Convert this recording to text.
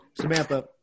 Samantha